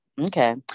Okay